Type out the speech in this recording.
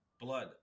Blood